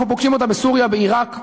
אנחנו פוגשים אותה בסוריה, בעיראק,